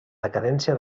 decadència